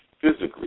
physically